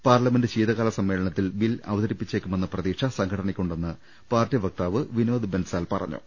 parliament ശീതകാല സമ്മേളനത്തിൽ bill അവതരിപ്പി ച്ചേക്കുമെന്ന പ്രതീക്ഷ സംഘടനയ്ക്കുണ്ടെന്ന് പാർട്ടി വക്താവ് വിനോദ് ബെൻസാൽ പറഞ്ഞു